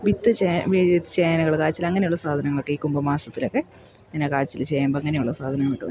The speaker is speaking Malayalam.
വിത്ത് ചേ വി ചേനകൾ കാച്ചിലങ്ങനെയുള്ള സാധനങ്ങളൊക്കെ ഈ കുംഭ മാസത്തിലൊക്കെ ഇങ്ങനെ ചേന കാച്ചിൽ ചേമ്പങ്ങനെയുള്ള സാധനങ്ങളൊക്കെ നടുന്നു